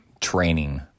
training